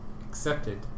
accepted